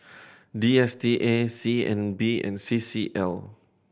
D S T A C N B and C C L